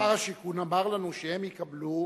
שר השיכון אמר לנו שהם יקבלו,